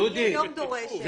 היא דורשת